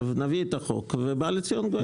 09:00 ונביא את החוק ובא לציון גואל.